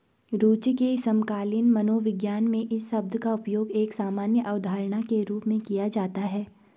रूचि के समकालीन मनोविज्ञान में इस शब्द का उपयोग एक सामान्य अवधारणा के रूप में किया जाता है